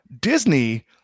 Disney